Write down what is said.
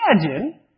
imagine